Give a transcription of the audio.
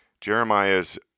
Jeremiah's